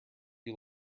you